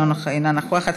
אינה נוכחת,